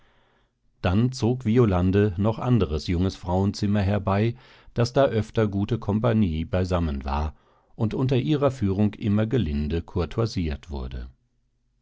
dann zog violande noch anderes junges frauenzimmer herbei daß da öfter gute kompagnie beisammen war und unter ihrer führung immer gelinde courtoisiert wurde